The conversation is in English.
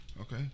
Okay